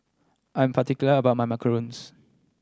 I'm particular about my macarons